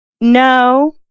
no